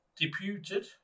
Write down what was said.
deputed